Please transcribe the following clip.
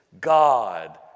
God